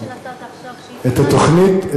אפשר לקבל אינפורמציה על התוכנית?